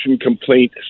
complaint